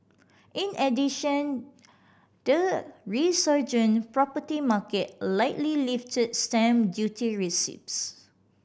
in addition the resurgent property market likely lifted stamp duty receipts